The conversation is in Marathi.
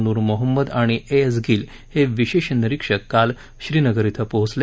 नूर मोहम्मद आणि ए एस गिल हे विशेष निरिक्षक काल श्रीनगर धिं पोहोचले